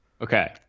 Okay